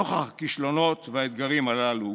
נוכח הכישלונות והאתגרים הללו